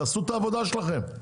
תעשו את העבודה שלכם,